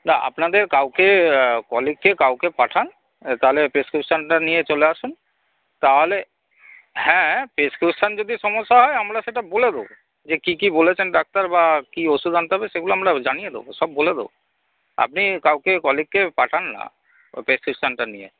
না আপনাদের কাউকে কলিগকে কাউকে পাঠান এ তাহলে প্রেসক্রিপশনটা নিয়ে চলে আসুন তাহলে হ্যাঁ প্রেসক্রিপশন যদি সমস্যা হয় আমরা সেটা বলে দেব যে কী কী বলেছেন ডাক্তার বা কী ওষুধ আনতে হবে সেগুলো আমরা জানিয়ে দেব সব বলে দেব আপনি কাউকে কলিগকে পাঠান না ওই প্রেসক্রিপশনটা নিয়ে